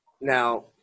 Now